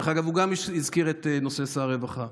דרך אגב, הוא גם הזכיר את נושא שר הרווחה.